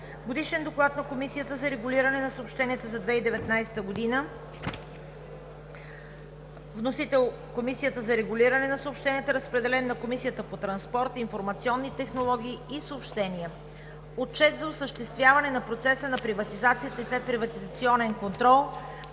Годишен доклад на Комисията за регулиране на съобщенията за 2019 г. Вносител е Комисията за регулиране на съобщенията. Разпределен е на Комисията по транспорт, информационни технологии и съобщения. Отчет за осъществяване на процеса на приватизацията и следприватизационен контрол.